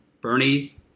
Bernie